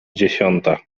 dziesiąta